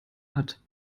hat